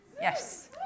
Yes